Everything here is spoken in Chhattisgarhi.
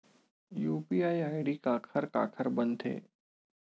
यू.पी.आई आई.डी काखर काखर बनथे?